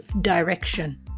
direction